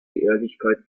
ehrlichkeit